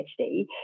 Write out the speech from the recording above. PhD